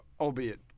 albeit